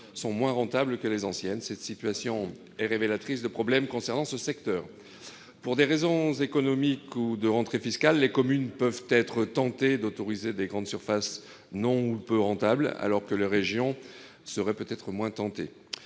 soient moins rentables que les anciennes. Pareille situation est révélatrice de problèmes concernant ce secteur. Pour des raisons économiques et de rentrées fiscales, les communes peuvent être tentées d'autoriser des grandes surfaces non ou peu rentables, alors que les régions le seraient peut-être moins : elles